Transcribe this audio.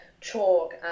chalk